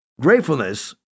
gratefulness